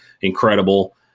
incredible